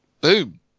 Boom